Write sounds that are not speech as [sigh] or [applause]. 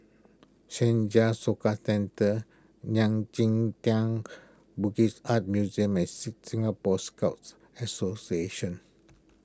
Senja Soka Centre [unintelligible] Tang Buddhist Art Museum and sing Singapore Scout Association